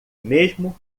mesmo